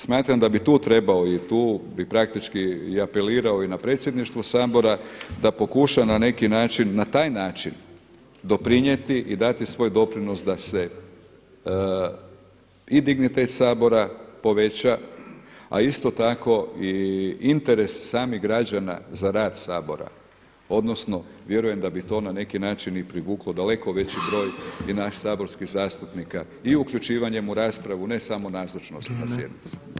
Smatram da bi tu trebao i tu bi praktički apelirao i na predsjedništvo Sabora da pokuša na neki način na taj način doprinijeti i dati svoj doprinos da se i dignitet Sabora poveća, a isto tako i interes samih građana za rad Sabora odnosno vjerujem da bi to na neki način i privuklo daleko veći broj i nas saborskih zastupnika i uključivanjem u raspravu ne samo nazočnost na sjednici.